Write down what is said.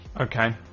Okay